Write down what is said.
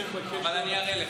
אבל אני אראה לך.